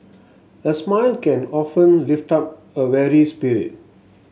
a smile can often lift up a weary spirit